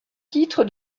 titre